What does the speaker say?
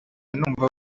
numva